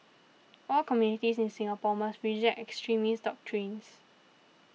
all communities in Singapore must reject extremist doctrines